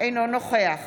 אינו נוכח